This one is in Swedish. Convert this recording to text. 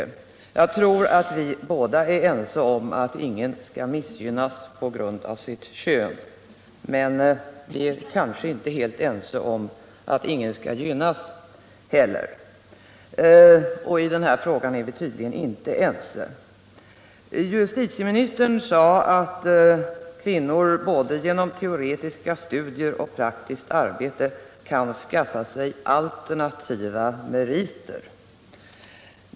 Jag tror att vi är ense om att ingen skall missgynnas på grund av sitt kön, men vi är kanske inte helt ense om att ingen skall gynnas av sitt kön. I den här frågan är vi tydligen inte ense. Justitieministern sade att kvinnor genom både teoretiska studier och praktiskt arbete kan skaffa sig alternativa meriter.